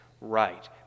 right